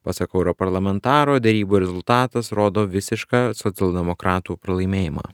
pasak europarlamentaro derybų rezultatas rodo visišką socialdemokratų pralaimėjimą